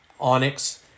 onyx